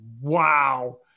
wow